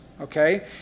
okay